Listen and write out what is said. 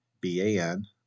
B-A-N